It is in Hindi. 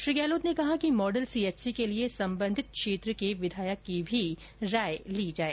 श्री गहलोत ने कहा कि मॉडल सीएचसी के लिए सम्बन्धित क्षेत्र के विधायक की भी राय ली जाए